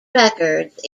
records